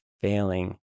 failing